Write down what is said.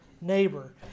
neighbor